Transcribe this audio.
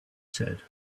said